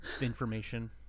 information